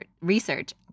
research